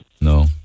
no